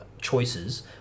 choices